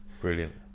brilliant